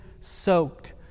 soaked